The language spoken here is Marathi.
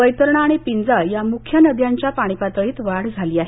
वैतरणा आणि पिंजाळ या मुख्य नद्याच्या पाणीपातळीत वाढ झाली आहे